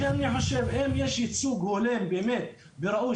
לכן אני חושב שאם יש ייצוג הולם באמת וראוי